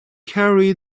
carry